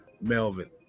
Melvin